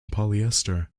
polyester